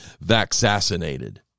vaccinated